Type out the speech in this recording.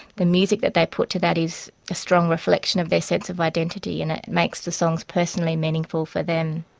the music that they put to that is a strong reflection of their sense of identity and it makes the songs personally meaningful for them.